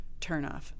turnoff